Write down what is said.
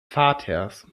vaters